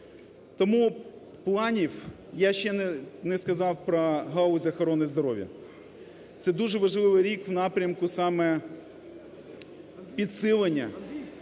Тому планів… Я ще не сказав про галузь охорони здоров'я. Це дуже важливий рік в напрямку саме підсилення